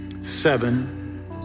seven